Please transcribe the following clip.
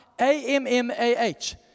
A-M-M-A-H